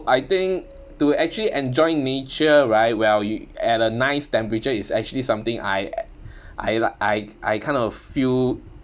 I think to actually enjoy nature right well you at a nice temperature is actually something I I I I kind of feel